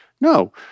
No